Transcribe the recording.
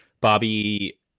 Bobby